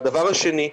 והדבר השני,